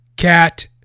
Cat